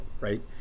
right